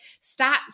stats